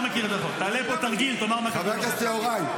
עם חוק המתנות --- חבר הכנסת יוראי,